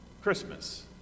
Christmas